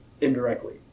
indirectly